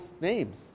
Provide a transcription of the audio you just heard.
names